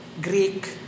Greek